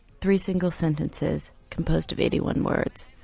three single sentences composed of eighty one words.